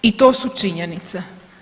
I to su činjenice.